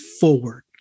forward